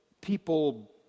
people